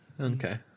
Okay